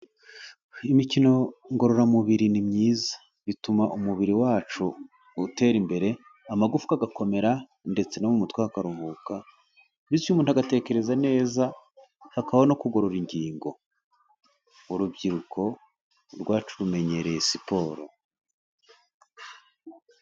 Imikino ngororamubiri ni myiza, bituma umubiri wacu utera imbere, amagufwa agakomera, ndetse no mu mutwe akaruhuka, bityo umuntu agatekereza neza, hakabaho no kugorora ingingo. Urubyiruko rwacu rumenyereye siporo.